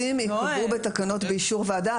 הפרטים ייקבעו בתקנות באישור ועדה,